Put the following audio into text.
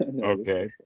Okay